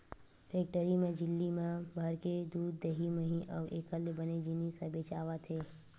factory म झिल्ली म भराके दूद, दही, मही अउ एखर ले बने जिनिस ह बेचावत हे